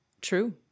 true